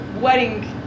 wedding